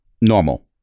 normal